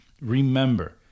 Remember